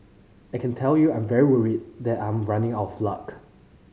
I can tell you I'm very worried that I'm running out of luck